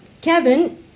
Kevin